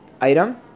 item